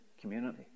community